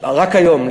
שרק היום,